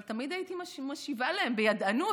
אבל תמיד הייתי משיבה להם בידענות.